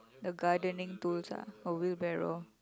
the gardening tools ah or wheelbarrow